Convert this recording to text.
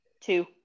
two